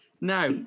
Now